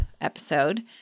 episode